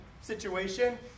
situation